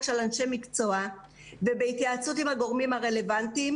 של אנשי מקצוע ובהתייעצות עם הגורמים הרלוונטיים.